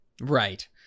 right